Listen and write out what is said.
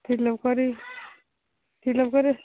fill up କରି fill up କରି